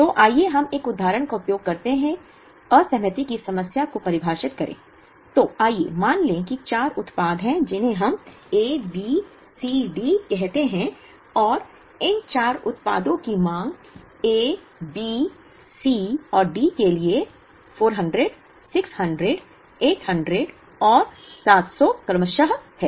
तो आइए हम एक उदाहरण का उपयोग करते हुए असहमति की समस्या को परिभाषित करें तो आइए मान लें कि चार उत्पाद हैं जिन्हें हम A B C D कहते हैं और इन चार उत्पादों की मांग A B C और D के लिए 400 600 800 और 700 क्रमशः हैं